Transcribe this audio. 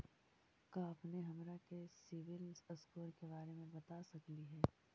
का अपने हमरा के सिबिल स्कोर के बारे मे बता सकली हे?